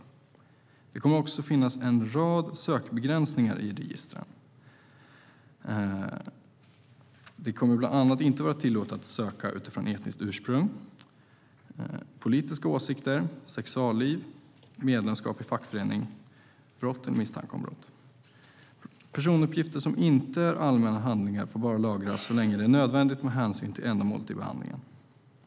Det kommer också att finnas en rad sökbegränsningar i registren. Det kommer bland annat inte att vara tillåtet att söka utifrån etniskt ursprung, politiska åsikter, sexualliv, medlemskap i fackförening, brott eller misstanke om brott. Personuppgifter som inte är allmänna handlingar får bara lagras så länge det är nödvändigt med hänsyn till ändamålet i behandlingen.